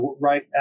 right